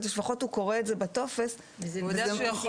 לפחות הוא קורא את זה בטופס וזה מעלה